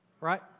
Right